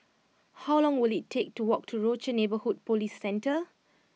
how long will it take to walk to Rochor Neighborhood Police Centre